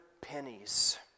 pennies